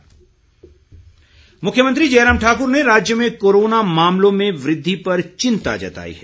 मुख्यमंत्री मुख्यमंत्री जयराम ठाकुर ने राज्य में कोरोना मामलों में वृद्धि पर चिंता जताई है